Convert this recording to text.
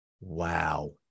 Wow